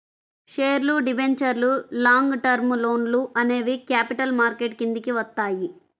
షేర్లు, డిబెంచర్లు, long term లోన్లు అనేవి క్యాపిటల్ మార్కెట్ కిందికి వత్తయ్యి